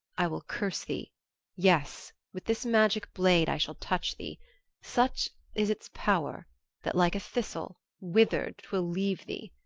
i will curse thee yes, with this magic blade i shall touch thee such is its power that, like a thistle, withered twill leave thee,